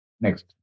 Next